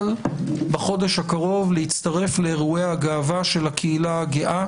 בחודש הקרוב להצטרף לאירועי הגאווה של הקהילה הגאה